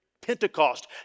Pentecost